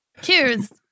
Cheers